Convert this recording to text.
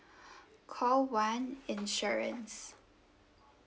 call one insurance